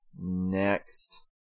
Next